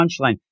punchline